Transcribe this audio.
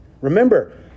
Remember